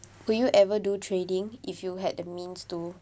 would you ever do trading if you had the means to